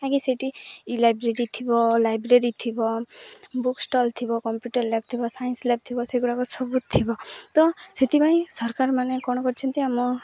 କାହିଁକି ସେଇଠି ଇ ଲାଇବ୍ରେରୀ ଥିବ ଲାଇବ୍ରେରୀ ଥିବ ବୁକ୍ ଷ୍ଟଲ୍ ଥିବ କମ୍ପ୍ୟୁଟର୍ ଲ୍ୟା୍ବ ଥିବ ସାଇନ୍ସ ଲ୍ୟାବ୍ ଥିବ ସେଗୁଡ଼ାକ ସବୁଥିବ ତ ସେଥିପାଇଁ ସରକାର ମାନ କ'ଣ କରିଛନ୍ତି ଆମ